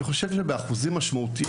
אני חושב שבאחוזים משמעותיים,